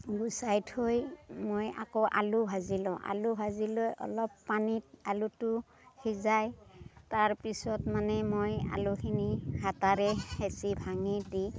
গুচাই থৈ মই আকৌ আলু ভাজি লওঁ আলু ভাজি লৈ অলপ পানীত আলুটো সিজাই তাৰপিছত মানে মই আলুখিনি হেতাৰে হেচি ভাঙি দি